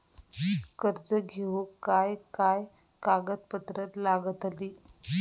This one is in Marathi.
कर्ज घेऊक काय काय कागदपत्र लागतली?